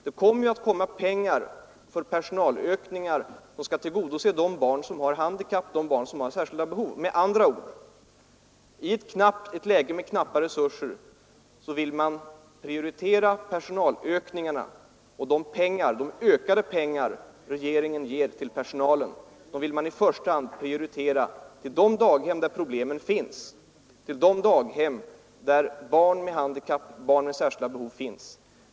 Det kommer att finnas pengar för personalökningar, som skall tillgodose de barn som har handikapp eller särskilda behov. Med andra ord: I ett läge med knappa resurser vill regeringen prioritera personalökningarna till de daghem där barn med särskilda behov finns.